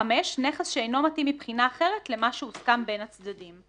(5) נכס שאינו מתאים מבחינה אחרת למה שהוסכם בין הצדדים.